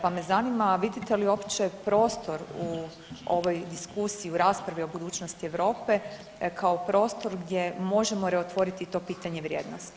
Pa me zanima, vidite li uopće prostor u ovoj diskusiji u raspravi o budućnosti Europe kao prostor gdje možemo reotvoriti i to pitanje vrijednosti?